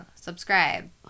subscribe